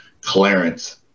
Clarence